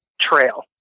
trail